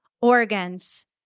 organs